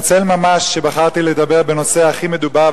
אני מתנצל ממש שבחרתי לדבר בנושא הכי מדובר,